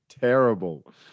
terrible